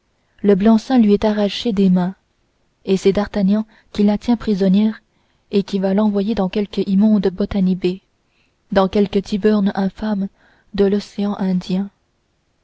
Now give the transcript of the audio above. le blanc seing lui est arraché des mains et c'est d'artagnan qui la tient prisonnière et qui va l'envoyer dans quelque immonde botanybay dans quelque tyburn infâme de l'océan indien